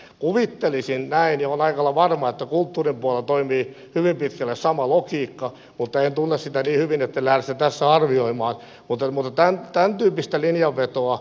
kuvittelisin näin ja olen aika lailla varma että kulttuurin puolella toimii hyvin pitkälle sama logiikka mutta en tunne sitä niin hyvin joten en lähde sitä tässä arvioimaan